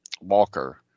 Walker